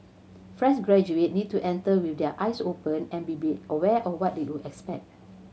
fresh graduate need to enter with their eyes open and be be aware of what they will expect